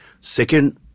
Second